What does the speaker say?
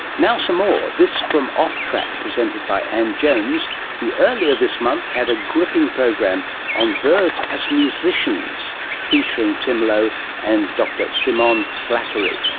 now some more, this from off track presented by ann jones who earlier this month had a gripping program on birds as musicians, featuring tim low and dr simone slattery.